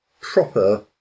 proper